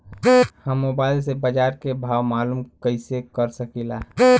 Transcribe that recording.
हम मोबाइल से बाजार के भाव मालूम कइसे कर सकीला?